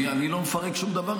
אני לא מפרק שום דבר,